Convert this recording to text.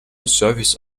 service